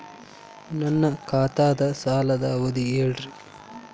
ನನ್ನ ಖಾತಾದ್ದ ಸಾಲದ್ ಅವಧಿ ಹೇಳ್ರಿ